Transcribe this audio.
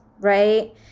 right